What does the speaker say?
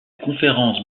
conférence